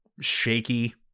shaky